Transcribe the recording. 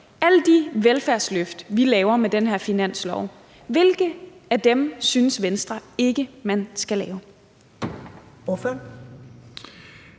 alle de velfærdsløft, vi laver med den her finanslov, synes Venstre ikke man skal lave?